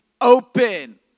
open